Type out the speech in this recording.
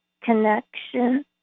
connection